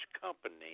company